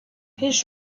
riche